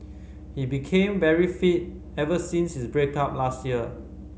he became very fit ever since his break up last year